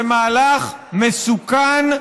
זה מהלך מסוכן,